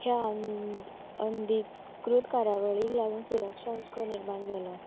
हे अंद अधिकृत कार्यावळीक लागून सुरक्षा उस्को निर्माण जाला